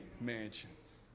mansions